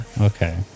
Okay